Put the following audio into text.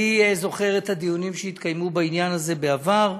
אני זוכר את הדיונים שהתקיימו בעניין הזה בעבר,